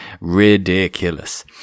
Ridiculous